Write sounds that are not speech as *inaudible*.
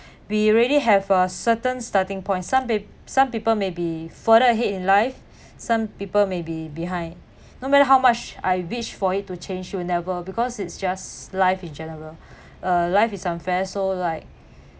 we already have a certain starting point some pe~ some people may be further ahead in life some people may be behind no matter how much I wish for it to change it will never because it's just life in general *breath* uh life is unfair so like